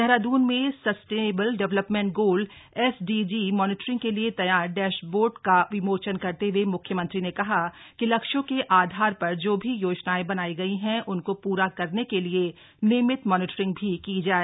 देहरादून में sustainable development goal SDG monitoring के लिए तैयार डैश बोर्ड का विमोचन करते हुए म्ख्यमंत्री ने कहा कि लक्ष्यों के आधार पर जो भी योजनाएं बनाई गई हैं उनको प्रा करने के लिए नियमित मॉनिटरिंग भी की जाय